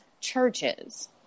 churches